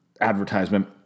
advertisement